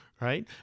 right